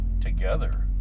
together